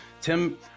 Tim